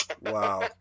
Wow